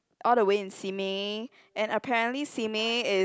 all the way in Simei and apparently Simei is